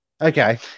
Okay